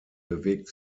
bewegt